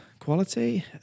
quality